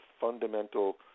fundamental